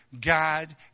God